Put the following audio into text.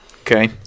Okay